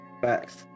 facts